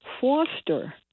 foster